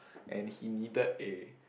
and he needed a